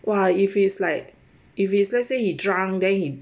!wah! if it's like if it's let's say he drunk then he